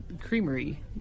Creamery